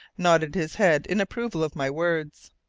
nodded his head in approval of my words.